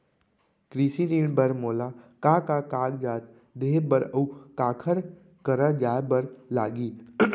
कृषि ऋण बर मोला का का कागजात देहे बर, अऊ काखर करा जाए बर लागही?